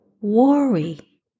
worry